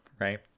right